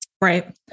Right